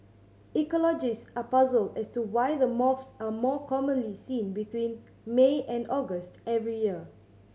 ecologist are puzzled as to why the moths are more commonly seen between May and August every year